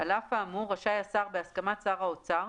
על אף האמור, רשאי השר, בהסכמת שר האוצר,